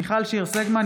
מיכל שיר סגמן,